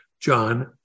John